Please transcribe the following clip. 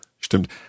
Stimmt